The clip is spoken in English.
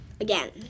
again